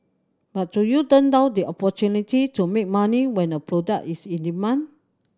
but do you turn down the opportunity to make money when a product is in demand